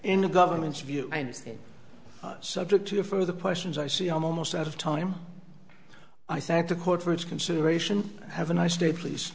in the government's view and subject to further questions i see i'm almost out of time i thank the court for its consideration have a nice day please